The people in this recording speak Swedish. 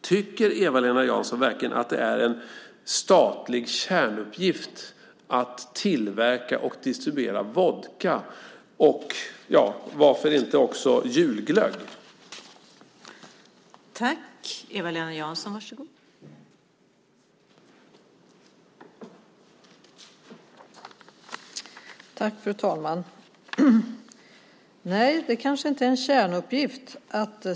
Tycker Eva-Lena Jansson verkligen att det är en statlig kärnuppgift att tillverka och distribuera vodka, och varför inte julglögg också?